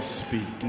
speak